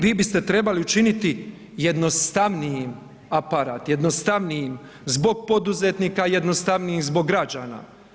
Vi bi ste trebali učiniti jednostavnijim aparat, jednostavnijim zbog poduzetnika, jednostavniji zbog građana.